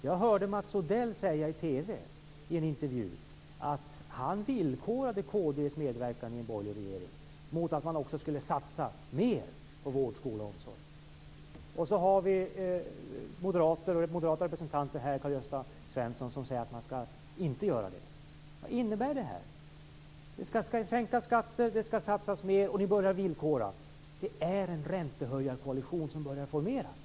Jag hörde Mats Odell säga i en TV-intervju att han villkorade kd:s medverkan i en borgerlig regering mot att man skulle satsa mer på vård, skola och omsorg. Sedan säger moderata representanter som Karl-Gösta Svenson här att man inte skall göra det. Vad innebär det här? Det skall sänkas skatter, det skall satsas mer och ni börjar villkora. Det är en räntehöjarkoalition som börjar formeras.